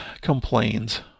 complains